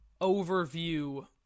overview